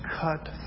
cut